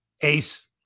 ace